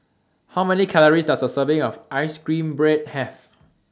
How Many Calories Does A Serving of Ice Cream Bread Have